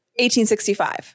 1865